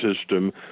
system